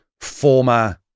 former